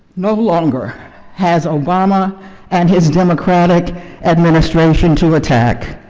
no longer has obama and his democratic administration to attack.